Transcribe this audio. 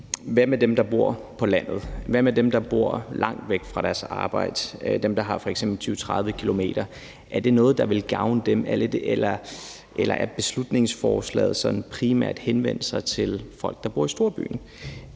med dem, der bor på landet. Hvad med dem, der bor langt væk fra deres arbejde og f.eks. har 20-30 km. til arbejde? Er det noget, der vil gavne dem, eller er beslutningsforslaget sådan primært henvendt til folk, der bor i storbyen?